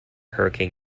hurricane